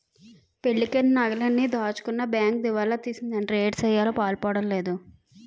పెళ్ళికని నగలన్నీ దాచుకున్న బేంకు దివాలా తీసిందటరా ఏటిసెయ్యాలో పాలుపోడం లేదు